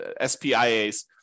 SPIAs